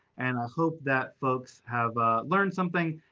and i hope that folks have learned something.